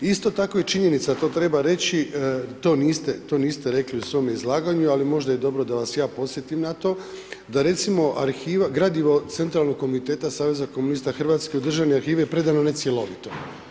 Isto tako je činjenica, a to treba reći to niste rekli u svome izlaganju, ali možda je dobro da vas ja podsjetim na to, da recimo gradivo Centralnog komiteta Saveza komunista Hrvatske u državne arhive je predano ne cjelovito.